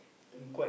uh